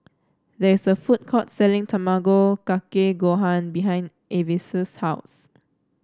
there is a food court selling Tamago Kake Gohan behind Avis' house